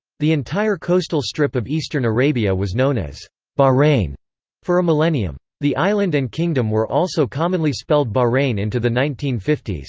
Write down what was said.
the entire coastal strip of eastern arabia was known as bahrain for a millennium. the island and kingdom were also commonly spelled bahrein into the nineteen fifty